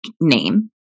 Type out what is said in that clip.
name